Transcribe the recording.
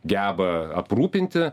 geba aprūpinti